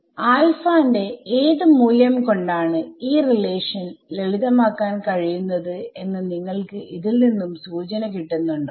alpha ന്റെ ഏത് മൂല്യം കൊണ്ടാണ് ഈ റിലേഷൻ ലളിതമാക്കാൻ കഴിയുന്നത് എന്ന് നിങ്ങൾക്ക് ഇതിൽ നിന്നും സൂചന കിട്ടുന്നുണ്ടോ